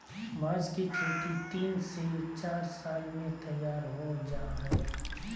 बांस की खेती तीन से चार साल में तैयार हो जाय हइ